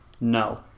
No